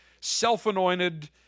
self-anointed